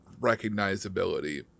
recognizability